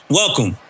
welcome